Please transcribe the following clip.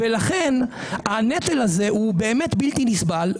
ולכן, הנטל הזה הוא באמת בלתי נסבל.